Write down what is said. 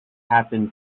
happened